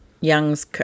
Young's